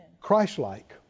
Christ-like